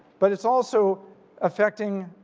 but it's also affecting